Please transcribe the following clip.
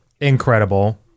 Incredible